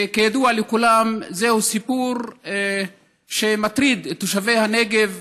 וכידוע לכולם זה סיפור שמטריד את תושבי הנגב,